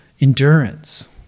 endurance